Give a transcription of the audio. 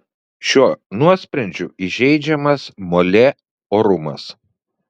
šiuo nuosprendžiu įžeidžiamas molė orumas